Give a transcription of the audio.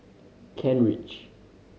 Kent Ridge